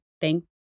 Thank